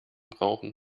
brauchen